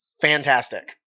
fantastic